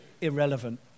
Irrelevant